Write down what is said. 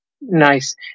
nice